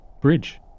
bridge